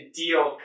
deal